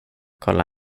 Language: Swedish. kolla